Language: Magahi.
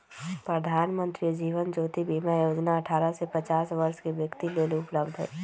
प्रधानमंत्री जीवन ज्योति बीमा जोजना अठारह से पचास वरस के व्यक्तिय लेल उपलब्ध हई